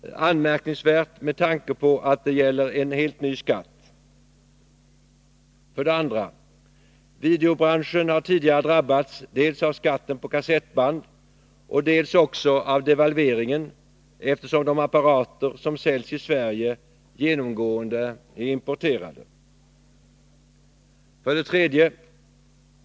Detta är anmärkningsvärt med tanke på att det gäller en helt ny skatt. 2. Videobranschen har tidigare drabbats dels av skatten på kassettband, dels också av devalveringen, eftersom de apparater som säljs i Sverige genomgående är importerade. 3.